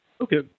Okay